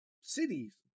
cities